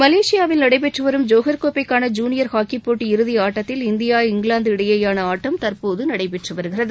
மலேசியாவில் நடைபெற்று வரும் ஜோஹர் கோப்பைக்கான ஜூனியர் ஹாக்கிப் போட்டி இறதி ஆட்டத்தில் இந்தியா இங்கிலாந்து இடையேயான ஆட்டம் தற்போது நடைபெற்று வருகிறது